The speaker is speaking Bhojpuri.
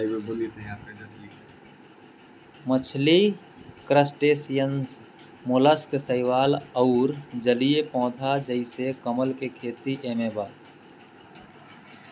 मछली क्रस्टेशियंस मोलस्क शैवाल अउर जलीय पौधा जइसे कमल के खेती एमे बा